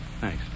Thanks